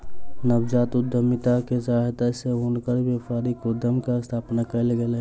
नवजात उद्यमिता के सहायता सॅ हुनकर व्यापारिक उद्यम के स्थापना कयल गेल